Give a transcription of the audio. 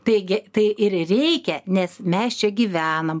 taigi tai ir reikia nes mes čia gyvenam